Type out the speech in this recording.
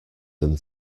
than